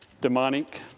demonic